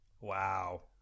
Wow